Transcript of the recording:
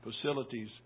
facilities